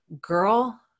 girl